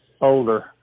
older